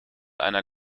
einer